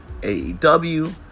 AEW